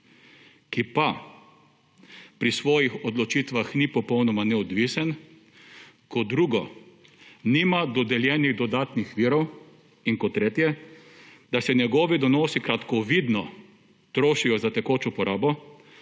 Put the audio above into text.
ki pa pri svojih odločitvah ni popolnoma neodvisen. Kot drugo, nima dodeljenih dodatnih virov in kot tretje, da se njegovi donosi kratkovidno trošijo za tekočo porabo,